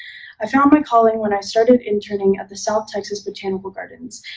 i found my calling when i started interning at the south texas botanical gardens,